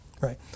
Right